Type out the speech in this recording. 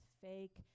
fake